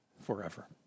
forever